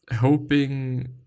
hoping